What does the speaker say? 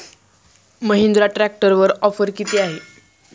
महिंद्रा ट्रॅक्टरवर ऑफर किती आहे?